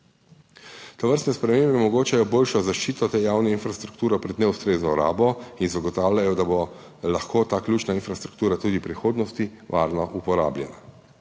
Tovrstne spremembe omogočajo boljšo zaščito te javne infrastrukture pred neustrezno rabo in zagotavljajo, da bo lahko ta ključna infrastruktura tudi v prihodnosti varno uporabljena.